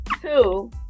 Two